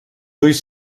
ulls